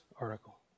article